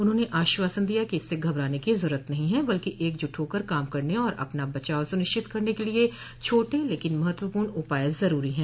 उन्होंने आश्वासन दिया कि इससे घबराने की जरूरत नहीं है बल्कि एकजुट होकर काम करने और अपना बचाव सुनिश्चित करने के लिए छोटे लेकिन महत्वपूर्ण उपाय जरूरी हैं